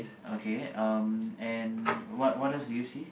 okay um and what what else do you see